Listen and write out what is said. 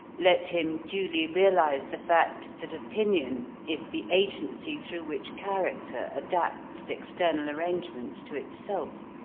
let him duly realise the fact that opinion is the agency through which character adapts external arrangements to itself